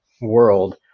world